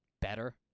better